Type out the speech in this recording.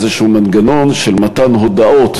איזשהו מנגנון של מתן הודעות